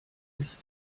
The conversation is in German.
ist